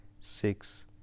six